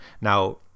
Now